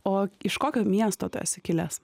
o iš kokio miesto tu esi kilęs